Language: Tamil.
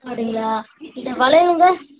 அப்படிங்களா இந்த வளையலுங்க